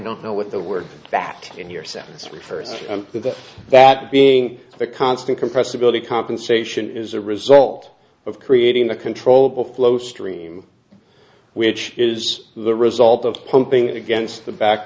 don't know what the word fact in your sentence refers to and that being the constant compressibility compensation is a result of creating a controllable flow stream which is the result of pumping against the back